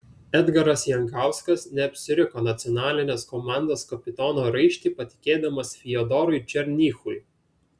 edgaras jankauskas neapsiriko nacionalinės komandos kapitono raištį patikėdamas fiodorui černychui